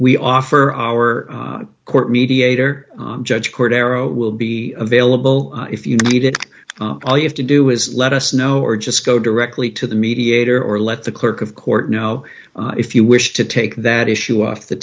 we offer our court mediator judge court arrow will be available if you need it all you have to do is let us know or just go directly to the mediator or let the clerk of court know if you wish to take that issue off the